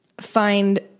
find